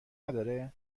نداره